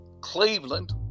cleveland